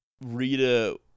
Rita